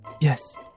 Yes